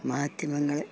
മാധ്യമങ്ങള്